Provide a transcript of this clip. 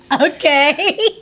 Okay